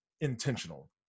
intentional